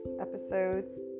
Episodes